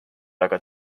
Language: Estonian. aga